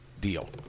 deal